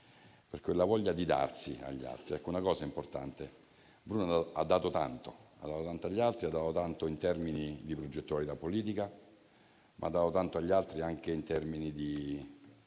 per quella voglia di darsi agli altri. Una cosa è importante: Bruno ha dato tanto, ha dato tanto agli altri, ha dato tanto in termini di progettualità politica, ma ha dato tanto agli altri anche in termini di